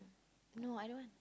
no I don't want